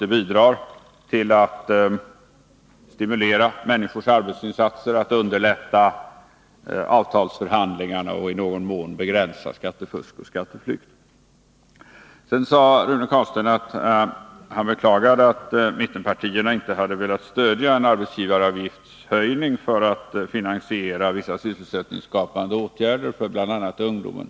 Det bidrar till att stimulera människors arbetsinsatser, att underlätta avtalsförhandlingar och i någon mån begränsa skatteflykten. Rune Carlstein beklagade att mittenpartierna inte velat stödja arbetsgivaravgiftshöjningen för att finansiera vissa sysselsättningsskapande åtgärder för bl.a. ungdomen.